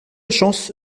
chance